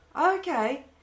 Okay